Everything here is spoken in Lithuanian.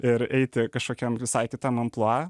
ir eiti kažkokiam visai kitam amplua